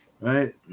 right